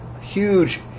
Huge